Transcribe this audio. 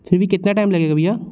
फिर भी कितना टाइम लगेगा भैया